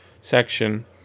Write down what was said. section